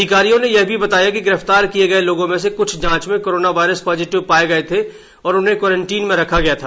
अधिकारियों ने यह भी बताया कि गिरफ्तार किए गए लोगों में से कृछ जांच में कोरोनोवायरस पाजिटिव पाए गए थे और उन्हें क्वारंटीन में रखा गया था